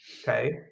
okay